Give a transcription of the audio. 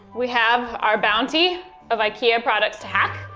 we have our bounty of ikea products to hack,